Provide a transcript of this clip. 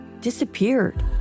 disappeared